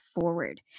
forward